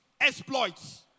exploits